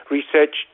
Research